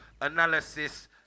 analysis